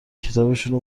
کتابشونو